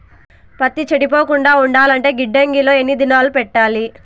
పత్తి చెడిపోకుండా ఉండాలంటే గిడ్డంగి లో ఎన్ని దినాలు పెట్టాలి?